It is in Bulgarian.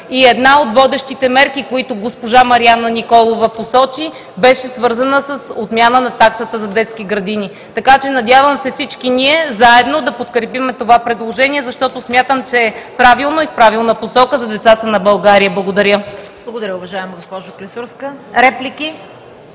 Една от водещите мерки, които госпожа Марияна Николова посочи, беше свързана с отмяна на таксата за детски градини. Така че се надявам всички ние заедно да подкрепим това предложение, защото смятам, че е правилно и в правилната посока – за децата на България. Благодаря.